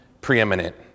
preeminent